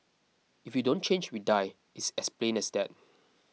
if we don't change we die it's as plain as that